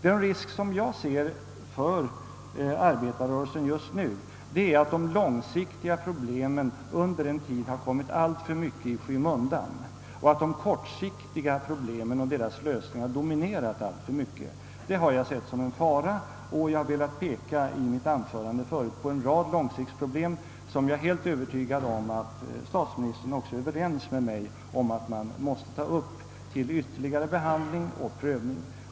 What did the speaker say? Den risk jag ser för arbetarrörelsen just nu är att de långsiktiga problemen under en tid har kommit alltför mycket i skymundan och att de kortsiktiga problemen och deras lösningar dominerat alltför mycket. Detta har jag sett som en fara, och jag har i mitt tidigare anförande velat peka på en rad långsiktiga problem. Jag är helt övertygad om att statsministern är överens med mig om att man måste ta upp dessa till ytterligare behandling och prövning.